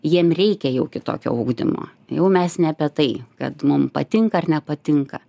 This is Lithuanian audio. jiem reikia jau kitokio ugdymo jau mes ne apie tai kad mum patinka ar nepatinka